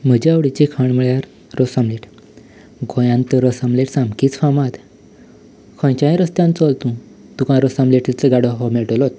म्हज्या आवडीचें खाण म्हळ्यार रस आमलेट गोंयांत तर रोस आमलेट सामकीच फामाद खंयच्याय रस्त्यान चल तूं तुका रस आमलेटीचो गाडो हो मेळटलोच